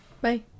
Bye